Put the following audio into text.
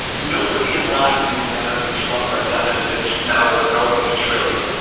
nobody in line knew that under trump or deficits. now we're north of a trillion.